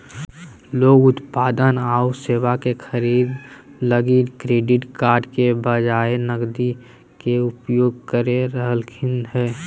लोग उत्पाद आऊ सेवा के खरीदे लगी क्रेडिट कार्ड के बजाए नकदी के उपयोग कर रहलखिन हें